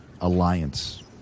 alliance